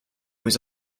was